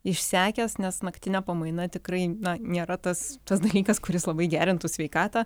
išsekęs nes naktinė pamaina tikrai nėra tas tas dalykas kuris labai gerintų sveikatą